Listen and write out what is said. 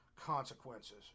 consequences